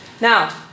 now